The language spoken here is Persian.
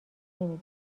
نمی